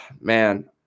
man